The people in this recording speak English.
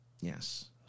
Yes